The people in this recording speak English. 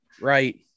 Right